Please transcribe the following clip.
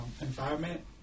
environment